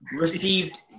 received